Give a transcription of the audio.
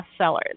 bestsellers